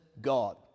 God